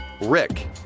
Rick